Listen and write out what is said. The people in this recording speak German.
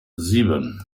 sieben